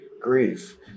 grief